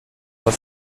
was